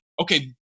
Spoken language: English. okay